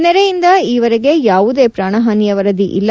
ನೆರೆಯಿಂದ ಈ ವರೆಗೆ ಯಾವುದೇ ಪ್ರಾಣಹಾನಿಯ ವರದಿ ಇಲ್ಲ